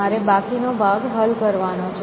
મારે બાકીનો ભાગ હલ કરવો છે